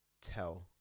tell